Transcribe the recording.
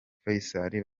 faycal